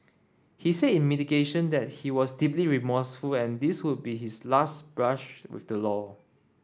he said in mitigation that he was deeply remorseful and this would be his last brush with the law